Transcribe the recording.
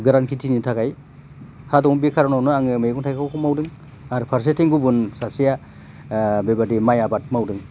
गोरान खेथिनि थाखाय हा दं बे खार'नावनो आङो मैगं थाइगंखौ मावदों आरो फारसेथिं गुबुन सासेया बेबादि माइ आबाद मावदों